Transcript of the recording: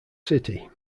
city